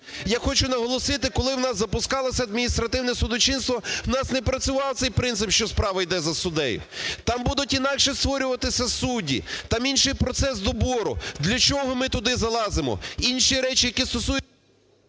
Я хочу наголосити, коли у нас запускалося адміністративне судочинство, у нас не працював цей принцип, що справа іде за суддею. Там будуть інакші створюватися судді, там інший процес добору. Для чого ми туди залазимо? Інші речі, які стосуються…